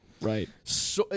Right